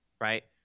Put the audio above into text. right